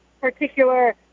particular